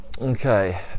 Okay